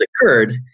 occurred